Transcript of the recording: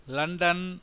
London